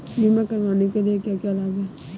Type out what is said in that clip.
बीमा करवाने के क्या क्या लाभ हैं?